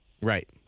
Right